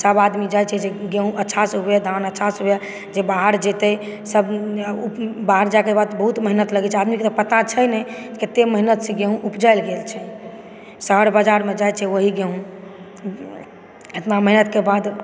सब आदमी चाहय छै जे अच्छा से गेहूॅं अच्छा से हुए जे बाहर जेतै सब बाहर जाएके बाद बहुत मेहनत लागै छै आदमीके तऽ पता छै नहि एते मेहनत सॅं गेहूॅं उपजाओल गेल छै शहर बाजारमे जाइ छै ओही गेहुँ एतबा मेहनतके बाद